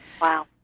Wow